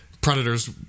Predators